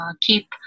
keep